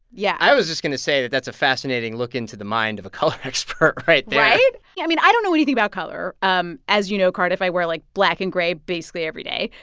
yeah i was just going to say that that's a fascinating look into the mind of a color expert right there right? yeah i mean, i don't know anything about color. um as you know, cardiff, i wear, like, black and gray basically every day.